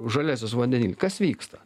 žaliasis vandenili kas vyksta